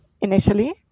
initially